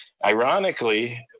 ironically,